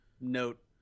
Note